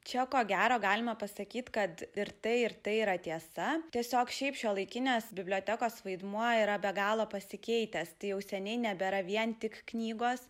čia ko gero galima pasakyt kad ir tai ir tai yra tiesa tiesiog šiaip šiuolaikinės bibliotekos vaidmuo yra be galo pasikeitęs tai jau seniai nebėra vien tik knygos